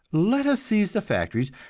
let us seize the factories,